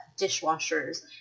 dishwashers